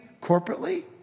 corporately